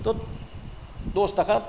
द दस थाखा